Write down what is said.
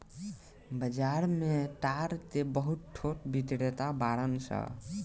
बाजार में ताड़ के बहुत थोक बिक्रेता बाड़न सन